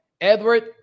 Edward